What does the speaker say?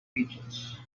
pigeons